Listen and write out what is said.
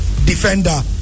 Defender